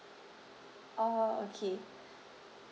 orh orh okay